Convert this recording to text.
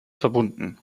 verbunden